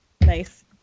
Nice